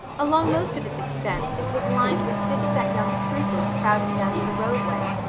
along most of its extent it was lined with thick-set young spruces crowding down to the roadway,